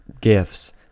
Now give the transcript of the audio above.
gifts